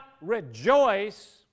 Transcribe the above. rejoice